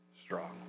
strong